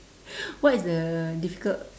what is the difficult